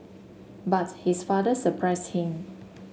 but his father surprised him